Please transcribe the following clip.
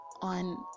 on